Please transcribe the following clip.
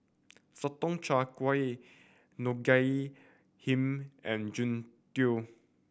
Sotong Char Kway Ngoh Hiang and Jian Dui